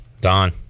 Don